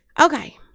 okay